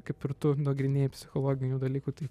kaip ir tu nagrinėji psichologinių dalykų tai